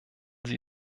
sie